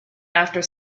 after